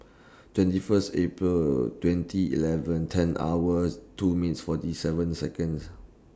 twenty First April twenty eleven ten hours two minutes forty seven Seconds